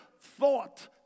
thought